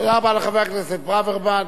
תודה רבה לחבר הכנסת ברוורמן.